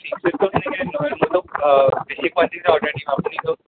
fix পে'তটো কেনেকে আনিম বেছি কুৱান্টিটীতে অৰ্ডাৰ দিম আপুনিটো